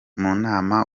nama